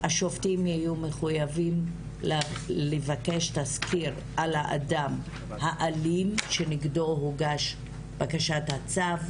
השופטים יהיו מחויבים לבקש תזכיר על האדם האלים שנגדו הוגשה בקשת הצו,